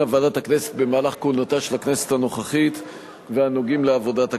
ועדת הכנסת במהלך כהונתה של הכנסת הנוכחית ונוגעים בעבודת הכנסת.